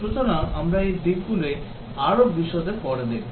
সুতরাং আমরা এই দিকগুলি আরও বিশদে পরে দেখব